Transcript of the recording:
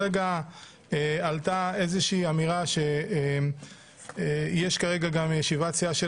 עלתה אמירה שיש כרגע ישיבת סיעה של